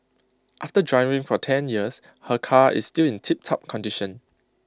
after driving for ten years her car is still in tiptop condition